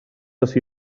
ací